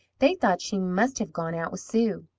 they thought she must have gone out with sue.